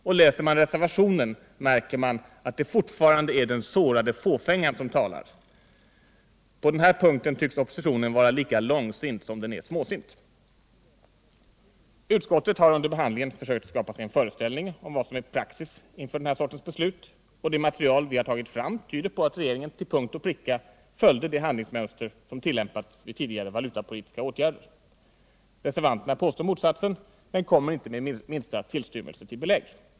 Och läser man reservationen märker man att det fortfarande är den sårade fåfängan som talar. På den här punkten tycks oppositionen vara precis lika långsint som den är småsint. Utskottet har under behandlingen försökt skapa sig en föreställning om vad som är praxis inför den här sortens beslut, och det material vi tagit fram tyder på att regeringen till punkt och pricka följde det handlingsmönster som tillämpats vid tidigare valutapolitiska åtgärder. Reservanterna påstår motsatsen men kommer inte med minsta tillstymmelse till belägg.